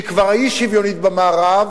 שהיא כבר האי-שוויונית במערב,